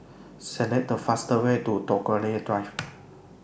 Select The fastest Way to Tagore Drive